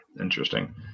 Interesting